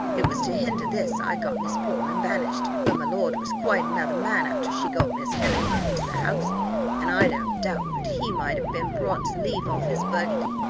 it was to hinder this i got miss portman banished for my lord was quite another man after she got miss helena into the house and i don't doubt but he might have been brought to leave off his burgundy,